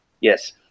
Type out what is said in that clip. Yes